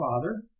father